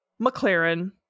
McLaren